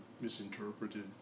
misinterpreted